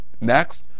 next